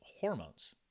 hormones